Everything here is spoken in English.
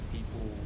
People